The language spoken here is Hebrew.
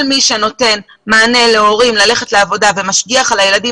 כל מי שנותן מענה להורים שיוכלו ללכת לעבודה ומשגיח על הילדים